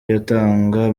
yatanga